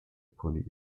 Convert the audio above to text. police